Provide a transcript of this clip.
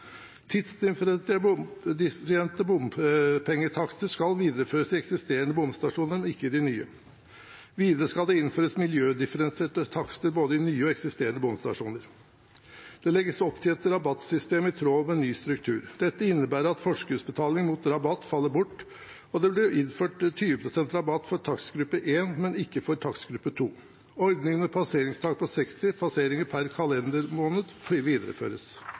bompengetakster skal videreføres i eksisterende bomstasjoner, men ikke i de nye. Videre skal det innføres miljødifferensierte takster i både nye og eksisterende bomstasjoner. Det legges opp til et rabattsystem i tråd med ny struktur. Dette innebærer at forskuddsbetaling mot rabatt faller bort, og det blir innført 20 pst. rabatt for takstgruppe 1, men ikke for takstgruppe 2. Ordningen med passeringstak på 60 passeringer per kalendermåned videreføres.